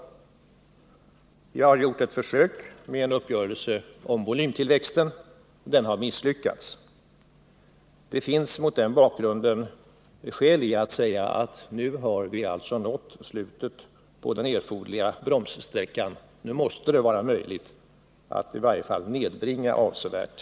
Vi har gjort ett försök med en uppgörelse om volymtillväxten. Den har misslyckats. Det finns mot denna bakgrund skäl i att säga att nu har vi nått nära slutet på den erforderliga bromssträckan. Nu måste det vara möjligt att i varje fall avsevärt nedbringa hastigheten.